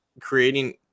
creating